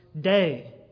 Day